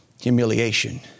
humiliation